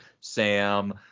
Sam